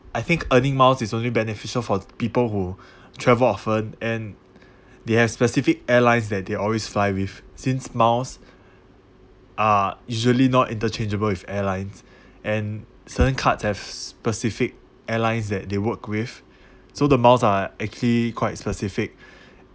I think earning miles is only beneficial for people who travel often and they have specific airlines that they always fly with since miles are usually not interchangeable with airlines and certain cards have specific airlines that they work with so the miles are actually quite specific